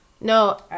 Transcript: No